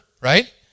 right